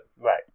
Right